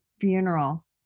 funeral